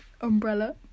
umbrella